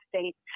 states